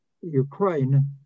Ukraine